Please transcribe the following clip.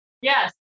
Yes